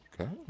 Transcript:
Okay